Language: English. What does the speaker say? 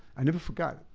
i never forgot.